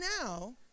now